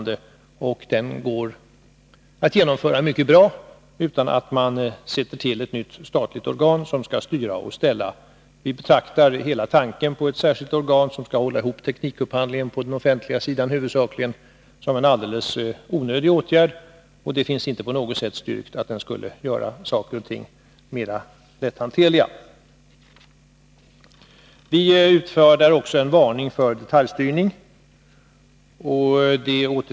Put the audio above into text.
Det går att genomföra det här utan att man inrättar ett nytt statligt organ som skall styra och ställa. Vi betraktar inrättandet av ett särskilt organ, som huvudsakligen skall hålla ihop teknikupphandlingen på den offentliga sidan, som någonting helt onödigt. Det finns inte heller på något sätt styrkt att ett sådant organ skulle göra det hela mera lätthanterligt. Vi har också utfärdat en varning för detaljstyrning.